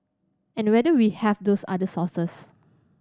and whether we have those other sources